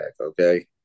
okay